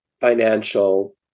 financial